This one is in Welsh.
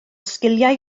sgiliau